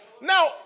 Now